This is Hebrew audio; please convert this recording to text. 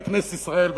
בכנסת ישראל,